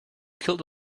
killed